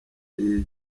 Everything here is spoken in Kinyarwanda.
yves